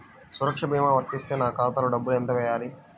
సురక్ష భీమా వర్తిస్తే నా ఖాతాలో డబ్బులు ఎంత వేయాలి?